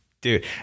Dude